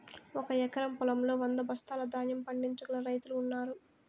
ఒక ఎకరం పొలంలో వంద బస్తాల ధాన్యం పండించగల రైతులు ఉన్నారు